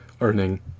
earning